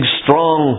strong